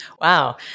Wow